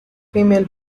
female